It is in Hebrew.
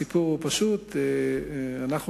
הסיפור הוא פשוט: למעשה,